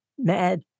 Mad